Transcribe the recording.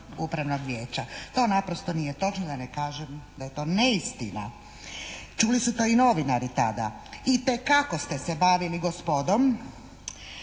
upravnog vijeća. To naprosto nije točno da ne kažem da je to neistina. Čuli su to i novinari tada. Itekako ste se bavili gospodom,